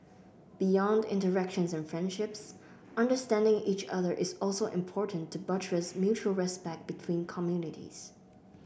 beyond interactions and friendships understanding each other is also important to buttress mutual respect between communities